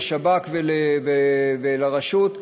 לשב"כ ולרשות,